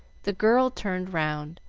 the girl turned round.